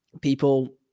people